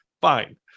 fine